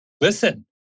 Listen